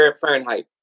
Fahrenheit